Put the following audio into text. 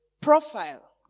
profile